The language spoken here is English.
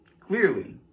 Clearly